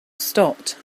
stopped